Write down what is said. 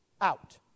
out